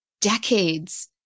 decades